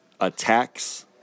attacks